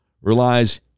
relies